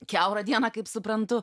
kiaurą dieną kaip suprantu